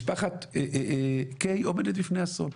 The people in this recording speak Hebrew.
משפחת קיי עומדת בפני אסון,